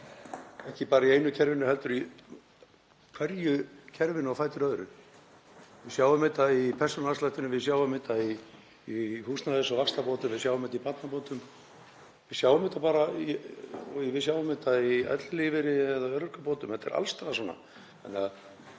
ekki bara í einu kerfinu heldur í hverju kerfinu á fætur öðru. Við sjáum þetta í persónuafslættinum, við sjáum þetta í húsnæðis- og vaxtabótum, við sjáum þetta í barnabótum og við sjáum þetta í ellilífeyris- eða örorkubótum. Þetta er alls staðar svona.